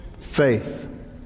Faith